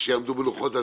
שיעמדו בלוחות הזמנים,